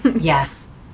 Yes